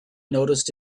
noticed